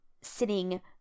sitting